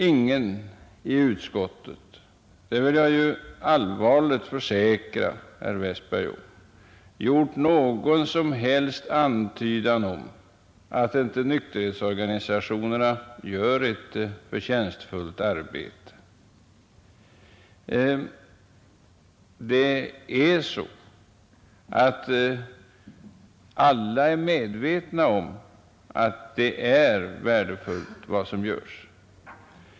Ingen i utskottet — det vill jag allvarligt försäkra herr Westberg — har gjort någon som helst antydan om att inte nykterhetsorganisationerna uträttar ett förtjänstfullt arbete. Alla är medvetna om att det som görs är värdefullt.